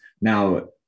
Now